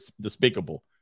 despicable